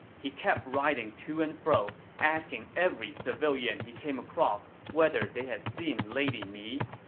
he kept riding to and fro, asking every civilian he came across whether they had seen lady mi.